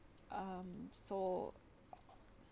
um so